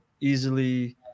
easily